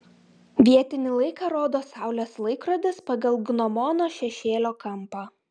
vietinį laiką rodo saulės laikrodis pagal gnomono šešėlio kampą